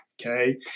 Okay